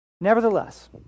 Nevertheless